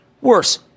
Worse